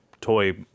toy